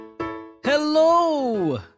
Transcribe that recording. Hello